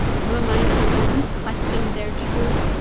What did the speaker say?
who am i to then question their truth?